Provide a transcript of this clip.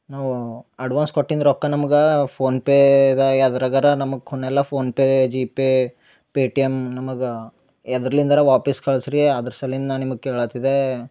ನಾವು ಅಡ್ವಾನ್ಸು ಕೊಟ್ಟಿಂದ ರೊಕ್ಕ ನಮ್ಗಾ ಫೋನ್ ಪೇಗಾ ಯಾವ್ದ್ರಗಾರ ನಮಗ ಕುನ್ನೆಲ್ಲ PhonePe GPay Paytm ನಮಗಾ ಎದರ್ಲಿಂದರ ವಾಪಸ್ ಕಳ್ಸ್ ರೀ ಅದ್ರ ಸಲ್ಲಿಂದ ನಾ ನಿಮಗ ಕೇಳತ್ತಿದೆ